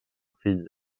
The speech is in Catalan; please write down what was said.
fill